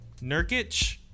Nurkic